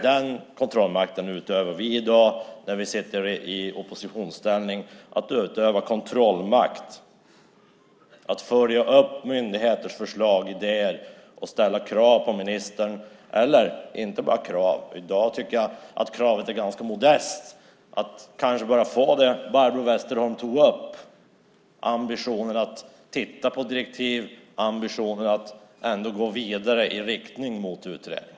Den kontrollmakten utövar vi i dag när vi är i oppositionsställning. Vi följer upp myndigheters förslag och ställer krav på ministern. I dag tycker jag att kravet är ganska modest, att kanske bara få det som Barbro Westerholm tog upp, ambitionen att titta på direktiv, ambitionen att gå vidare i riktning mot en utredning.